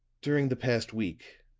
during the past week,